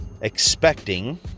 expecting